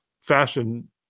fashion